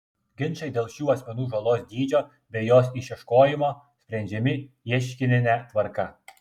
ginčai dėl šių asmenų žalos dydžio bei jos išieškojimo sprendžiami ieškinine tvarka